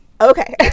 Okay